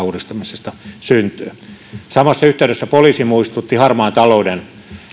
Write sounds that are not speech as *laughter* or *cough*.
*unintelligible* uudistamisesta syntyy samassa yhteydessä poliisi muistutti harmaan talouden